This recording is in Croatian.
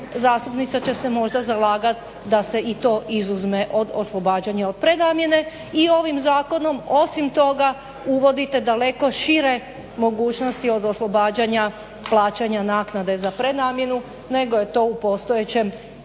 zastupnica će se možda zalagat da se i to izuzme od oslobađanja od prenamjene. I ovim zakonom osim toga uvodite daleko šire mogućnosti od oslobađanja plaćanja naknade za prenamjenu nego je to u postojećem zakonu.